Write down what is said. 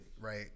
right